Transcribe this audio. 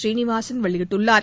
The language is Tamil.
சீனிவாசன் வெளியிட்டுள்ளார்